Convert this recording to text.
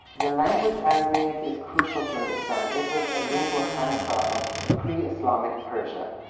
the language, aramaic is crucial to understand, it was a lingua franca of pre-islamic persia.